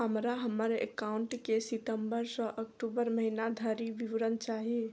हमरा हम्मर एकाउंट केँ सितम्बर सँ अक्टूबर महीना धरि विवरण चाहि?